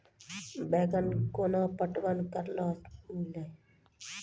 बैंगन केना पटवन करऽ लो?